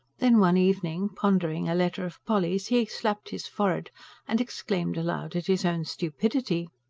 then one evening, pondering a letter of polly's, he slapped his forehead and exclaimed aloud at his own stupidity.